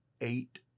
eight